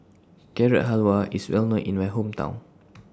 Carrot Halwa IS Well known in My Hometown